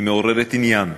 מעוררת עניין,